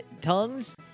Tongues